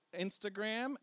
Instagram